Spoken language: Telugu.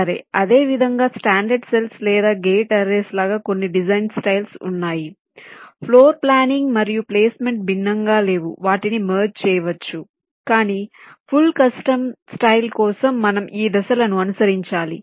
సరే అదేవిధంగా స్టాండర్డ్ సెల్స్ లేదా గేట్ అర్రేస్ లాగా కొన్ని డిజైన్ స్టైల్స్ వున్నాయి ఫ్లోర్ ప్లానింగ్ మరియు ప్లేస్మెంట్ భిన్నంగా లేవు వాటిని మెర్జ్ చేయవచ్చు కానీ ఫుల్ కస్టమ్ స్టైల్ కోసం మనము ఈ దశలను అనుసరించాలి